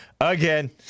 again